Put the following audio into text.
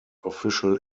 official